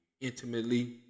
intimately